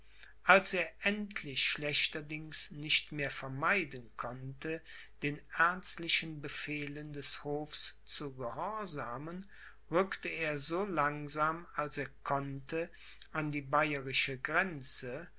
als er endlich schlechterdings nicht mehr vermeiden konnte den ernstlichen befehlen des hofs zu gehorsamen rückte er so langsam als er konnte an die bayerische grenze